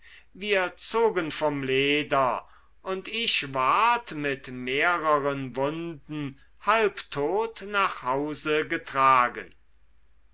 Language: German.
wir zogen vom leder und ich ward mit mehreren wunden halbtot nach hause getragen